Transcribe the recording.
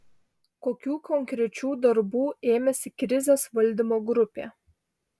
kokių konkrečių darbų ėmėsi krizės valdymo grupė